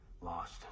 lost